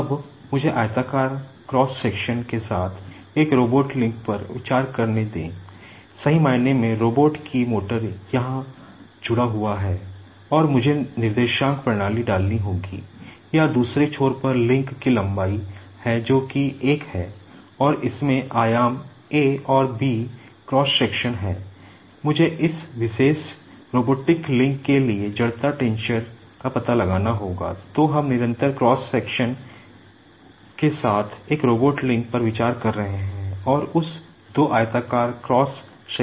अब मुझे आयताकार क्रॉस सेक्शन a और b हैं